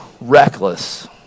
reckless